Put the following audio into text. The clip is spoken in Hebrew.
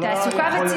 זה לא יכול להימשך ככה.